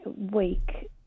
week